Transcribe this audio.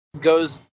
goes